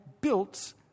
built